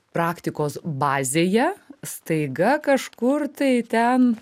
praktikos bazėje staiga kažkur tai ten